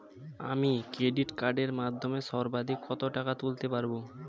আমি ক্রেডিট কার্ডের মাধ্যমে সর্বাধিক কত টাকা তুলতে পারব?